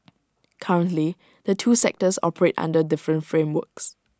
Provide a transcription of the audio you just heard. currently the two sectors operate under different frameworks